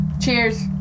Cheers